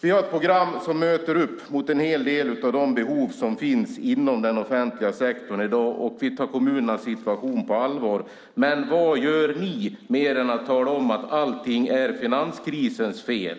Vi har ett program som möter upp mot en hel del av de behov som finns inom den offentliga sektorn i dag, och vi tar kommunernas situation på allvar. Vad gör ni mer än att tala om att allting är finanskrisens fel?